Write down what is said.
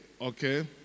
okay